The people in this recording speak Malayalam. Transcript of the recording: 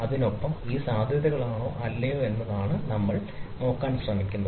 അതിനൊപ്പം അത് സാധ്യതകളാണോ അല്ലയോ എന്നതാണ് നമ്മൾ നോക്കാൻ ശ്രമിക്കുന്നത്